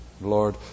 Lord